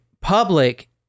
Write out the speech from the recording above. public